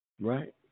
right